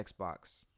xbox